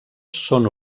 són